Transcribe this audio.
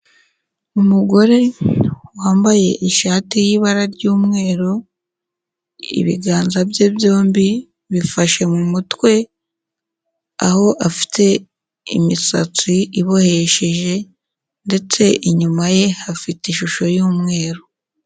Umugore wambaye ishati y'ibara ry'umweru, ibiganza bye byombi bifashe mu mutwe, aho afite imisatsi ibohesheje ndetse inyuma ye hafite ishusho y'umweru.